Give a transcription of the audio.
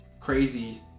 crazy